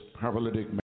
paralytic